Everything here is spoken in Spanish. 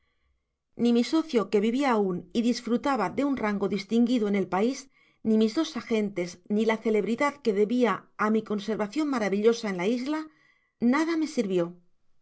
ni mi sócio que vivía aun y disfrutaba de un rango distinguido en el país ni mis dos agentes ni la celebridad que debia á mi conservacion maravillosa en la isla nada me sirvió mas